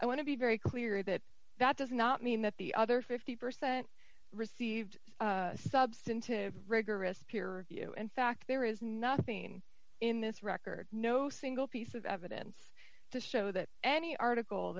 i want to be very clear that that does not mean that the other fifty percent received substantive rigorous peer review in fact there is nothing in this record no single piece of evidence to show that any article